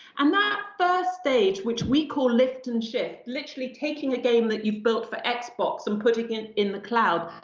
and that first stage which we call lift and shift, literally taking a game that you've built for xbox and putting it in the cloud,